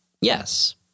yes